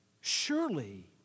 Surely